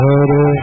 Hare